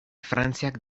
frantziak